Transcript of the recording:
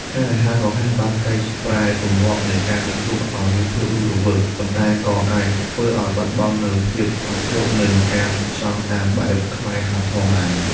ហាងអាហាររហ័សបានកែប្រែទម្លាប់នៃការណាត់ជួបឱ្យមានភាពរស់រវើក ប៉ុន្តែក៏អាចធ្វើឱ្យបាត់បង់នូវភាពអត់ធ្មត់ និងការផ្ចិតផ្ចង់តាមបែបខ្មែរខ្លះផងដែរ។